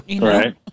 Right